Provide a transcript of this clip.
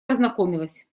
познакомилась